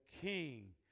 king